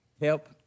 Help